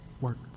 work